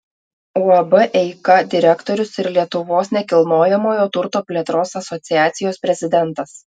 uab eika direktorius ir lietuvos nekilnojamojo turto plėtros asociacijos prezidentas